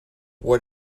what